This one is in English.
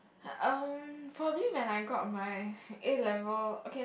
mm um probably when I got my A-level okay